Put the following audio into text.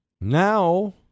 now